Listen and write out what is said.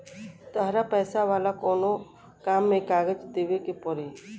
तहरा पैसा वाला कोनो काम में कागज देवेके के पड़ी